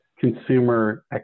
consumer